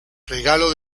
regalo